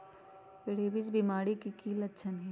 rabies बीमारी के कि कि लच्छन हई